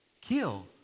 kill